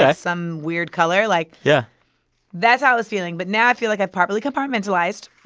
yeah some weird color. like. yeah that's how i was feeling. but now i feel like i've probably compartmentalized.